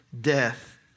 death